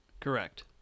Correct